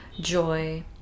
joy